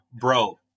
bro